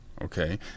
okay